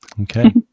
Okay